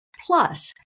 plus